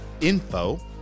info